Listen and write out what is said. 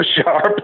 sharp